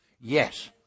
yes